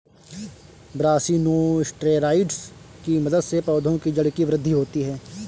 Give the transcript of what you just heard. brassinosteroids की मदद से पौधों की जड़ की वृद्धि होती है